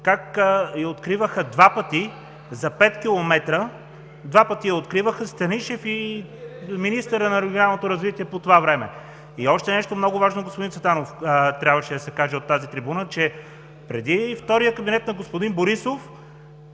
как я откриваха два пъти за пет километра. Два пъти я откриваха – Станишев и министъра на регионалното развитие по това време. И още нещо много важно, господин Цветанов, трябваше да се каже от тази трибуна, че преди втория кабинет на господин Борисов